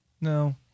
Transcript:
No